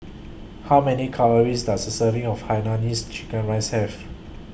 How Many Calories Does A Serving of Hainanese Chicken Rice Have